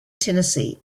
tennessee